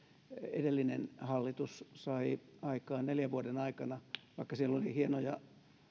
edellinen hallitus sai aikaan neljän vuoden aikana vaikka siellä oli hienoja